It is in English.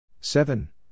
Seven